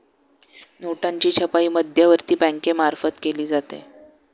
नोटांची छपाई मध्यवर्ती बँकेमार्फत केली जाते